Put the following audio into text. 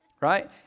Right